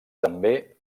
també